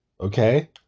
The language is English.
okay